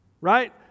Right